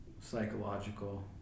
psychological